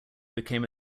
became